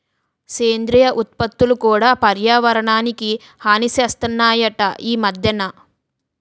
సేంద్రియ ఉత్పత్తులు కూడా పర్యావరణానికి హాని సేస్తనాయట ఈ మద్దెన